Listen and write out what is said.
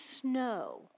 snow